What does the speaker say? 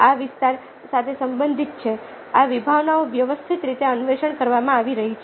આ વિસ્તાર સાથે સંબંધિત આ વિભાવનાઓ વ્યવસ્થિત રીતે અન્વેષણ કરવામાં આવી રહી છે